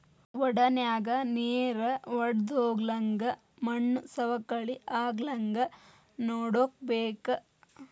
ವಡನ್ಯಾಗ ನೇರ ವಡ್ದಹೊಗ್ಲಂಗ ಮಣ್ಣು ಸವಕಳಿ ಆಗ್ಲಂಗ ನೋಡ್ಕೋಬೇಕ